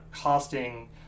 costing